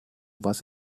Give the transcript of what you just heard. was